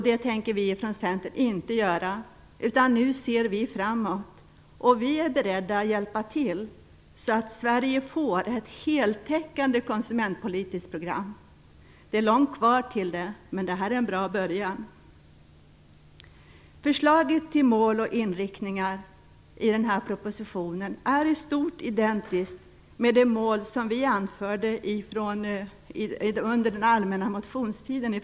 Det tänker vi från Centern inte göra, utan vi ser nu framåt. Vi är beredda att hjälpa till så att Sverige får ett heltäckande konsumentpolitiskt program. Det är långt kvar dit, men detta är en bra början. De i propositionen förslagna målen och inriktningarna är i stort identiska med de mål som vi anförde från Centerns sida under den allmänna motionstiden.